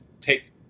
take